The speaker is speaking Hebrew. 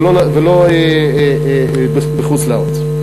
ולא בחוץ-לארץ.